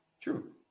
true